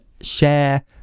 share